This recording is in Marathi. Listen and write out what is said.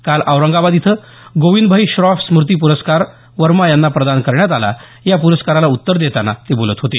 काल औरंगाबाद इथं गोविंदभाई श्रॉफ स्मृती प्रस्कार वर्मा यांना प्रदान करण्यात आला या पुरस्काराला उत्तर देताना ते बोलत होते